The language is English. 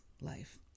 life